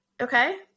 Okay